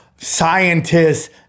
scientists